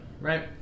right